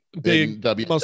Big